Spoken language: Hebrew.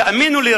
תאמינו לי,